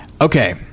okay